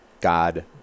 God